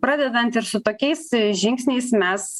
pradedant ir su tokiais žingsniais mes